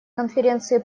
конференцию